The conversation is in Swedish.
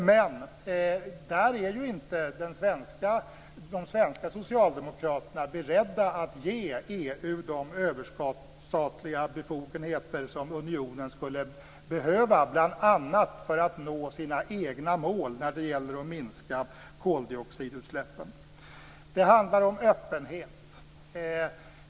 Men de svenska socialdemokraterna är inte beredda att ge EU de överstatliga befogenheter som unionen skulle behöva bl.a. för att nå sina egna mål när det gäller att minska koldioxidutsläppen. Det handlar om öppenhet.